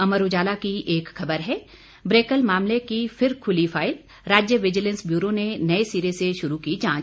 अमर उजाला की एक खबर है ब्रेकल मामले की फिर खुली फाइल राज्य विजिलेंस ब्यूरो ने नए सिरे से शुरू की जांच